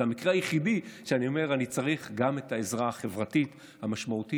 זה המקרה היחידי שאני אומר: אני צריך גם את העזרה החברתית המשמעותית,